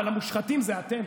אבל המושחתים זה אתם.